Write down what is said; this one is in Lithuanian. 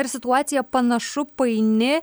ir situacija panašu paini